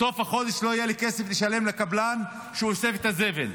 בסוף החודש לא יהיה לי כסף לשלם לקבלן שאוסף את הזבל,